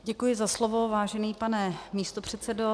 Děkuji za slovo, vážený pane místopředsedo.